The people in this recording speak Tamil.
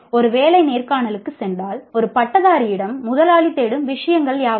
நீங்கள் ஒரு வேலை நேர்காணலுக்குச் சென்றால் ஒரு பட்டதாரியிடம் முதலாளி தேடும் விஷயங்கள் யாவை